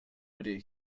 ready